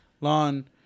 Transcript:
lawn